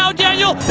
so daniel.